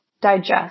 digest